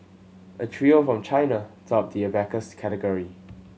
a trio from China topped the abacus category